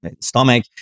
stomach